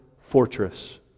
fortress